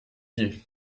pied